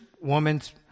woman's